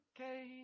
okay